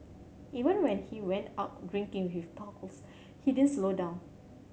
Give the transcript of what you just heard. even when he went out drinking with his pals he didn't slow down